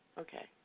Okay